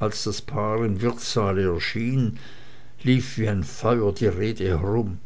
als das paar im wirtssaale erschien lief wie ein feuer die rede herum